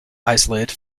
isolated